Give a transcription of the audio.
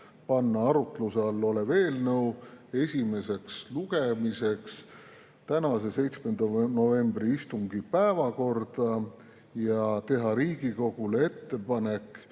panna arutluse all olev eelnõu esimeseks lugemiseks tänase, 7. novembri istungi päevakorda ja teha Riigikogule ettepanek